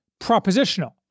propositional